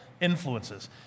influences